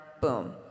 boom